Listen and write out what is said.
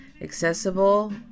accessible